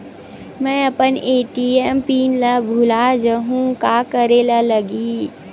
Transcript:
मैं अपन ATM PIN भुला जहु का करे ला लगही?